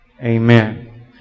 Amen